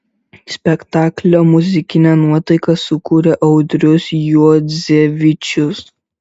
spektaklio muzikinę nuotaiką sukūrė audrius juodzevičius